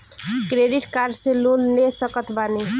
Credit card से loan ले सकत बानी?